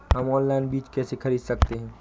हम ऑनलाइन बीज कैसे खरीद सकते हैं?